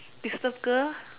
disturb girl